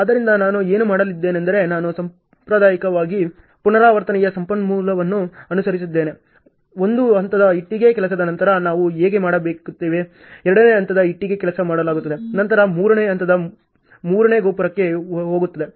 ಆದ್ದರಿಂದ ನಾನು ಏನು ಮಾಡಲಿದ್ದೇನೆಂದರೆ ನಾನು ಸಾಂಪ್ರದಾಯಿಕ ಪುನರಾವರ್ತನೆಯ ಸ್ವಲ್ಪವನ್ನು ಅನುಸರಿಸಲಿದ್ದೇನೆ ಒಂದು ಹಂತದ ಇಟ್ಟಿಗೆ ಕೆಲಸದ ನಂತರ ನಾವು ಹೇಗೆ ಮಾಡುತ್ತೇವೆ ಎರಡನೇ ಹಂತದ ಇಟ್ಟಿಗೆ ಕೆಲಸ ಮಾಡಲಾಗುತ್ತದೆ ನಂತರ ಮೂರನೇ ಹಂತದ ಮೂರನೇ ಗೋಪುರಕೆ ಹೋಗುತ್ತದೆ